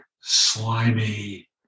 slimy